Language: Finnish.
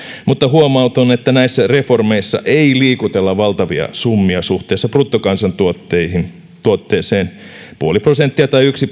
mutta huomautan että näissä reformeissa ei liikutella valtavia summia suhteessa bruttokansantuotteeseen puoli prosenttia tai yksi